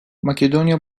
makedonya